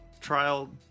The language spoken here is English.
trial